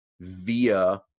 via